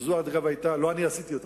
לא אני עשיתי אותה,